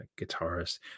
guitarist